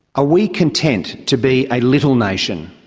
ah we content to be a little nation,